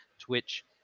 Twitch